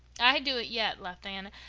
i do it yet, laughed diana.